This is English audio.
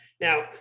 now